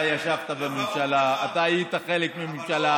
אתה ישבת בממשלה, אתה היית חלק מהממשלה,